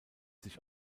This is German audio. sich